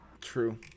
true